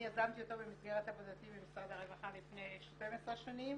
אני יזמתי אותו במסגרת עבודתי במשרד הרווחה לפני 12 שנים,